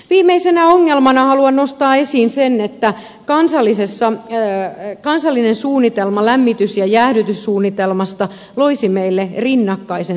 viimeisenä ongelmana haluan nostaa esiin sen että kansallinen lämmitys ja jäähdytyssuunnitelma loisi meille rinnakkaisen suunnittelujärjestelmän